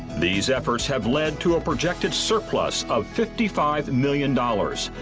these efforts have led to a projected surplus of fifty five million dollars,